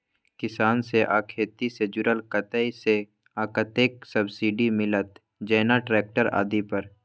किसान से आ खेती से जुरल कतय से आ कतेक सबसिडी मिलत, जेना ट्रैक्टर आदि पर?